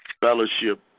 fellowship